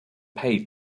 paid